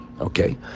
Okay